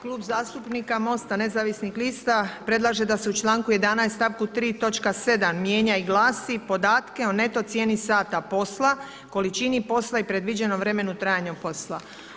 Klub zastupnika Mosta nezavisnih lista, predlaže da se u čl. 11. stavku 3. točka 7 mijenja i glasi, podatke o neto cijeni sata posla, količini posla i predviđenom vremenu trajanju posla.